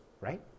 right